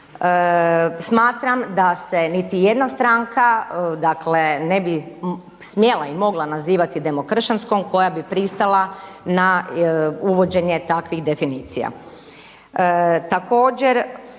Smatram da se niti jedna stranka, dakle ne bi smjela i mogla nazivati demokršćanskom koja bi pristala na uvođenje takvih definicija.